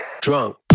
Drunk